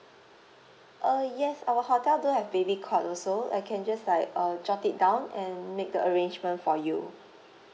uh yes our hotel do have baby cot also I can just like uh jot it down and make the arrangement for you